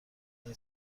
این